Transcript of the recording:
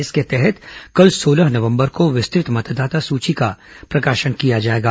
इसके तहत कल सोलह नवंबर को विस्तृत मतदाता सूची का प्रकाशन किया जाएगा